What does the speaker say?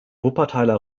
wuppertaler